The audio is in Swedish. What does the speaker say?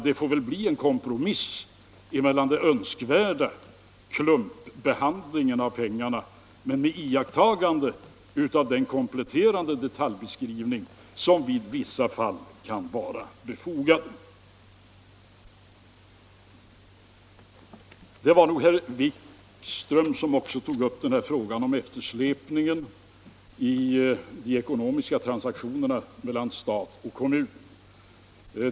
Det får väl bli en kompromiss så att den önskvärda klumpbehandlingen av pengarna kompletteras med den detaljbeskrivning som i vissa fall kan vara befogad. Det var nog också herr Wikström som tog upp frågan om eftersläpningen i de ekonomiska transaktionerna mellan stat och kommun.